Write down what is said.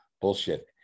bullshit